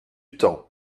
temps